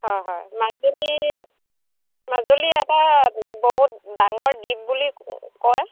হয় হয় মাজুলি মাজুলি এটা বহুত ডাঙৰ দ্বিপ বুলি কয়